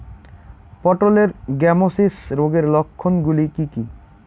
পটলের গ্যামোসিস রোগের লক্ষণগুলি কী কী?